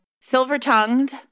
Silver-tongued